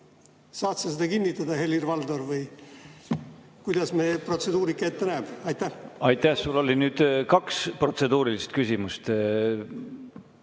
Saad sa seda kinnitada, Helir-Valdor, või kuidas meie protseduurika ette näeb? Aitäh! Sul oli nüüd kaks protseduurilist küsimust.